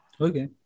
okay